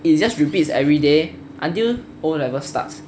it just repeats every day until O level starts